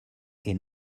est